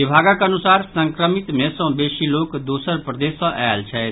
विभागक अनुसार संक्रमित मे सॅ बेसी लोक दोसर प्रदेश सॅ आयल छथि